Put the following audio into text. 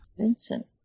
Vincent